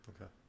Okay